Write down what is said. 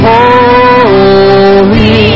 Holy